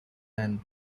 and